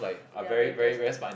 they are bankers ah